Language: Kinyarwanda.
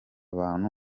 bantu